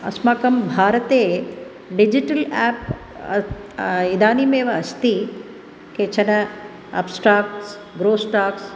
अस्माकं भारते digital app इदानीमेव अस्ति केचन अप्स्ट्राक्स् ग्रोस्टाक्स्